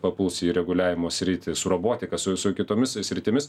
papuls į reguliavimo sritį su robotika su su kitomis sritimis